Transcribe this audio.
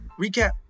recap